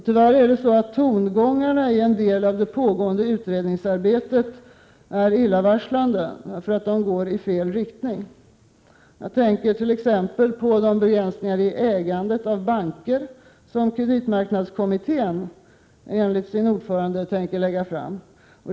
Tyvärr är tongångarna i en del av det pågående utredningsarbetet illavarslande, för de går i fel riktning. Jag tänker t. ex: på de begränsningar i ägandet av banker som kreditmarknadskommittén enligt sin ordförande tänker föreslå.